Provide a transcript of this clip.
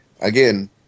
again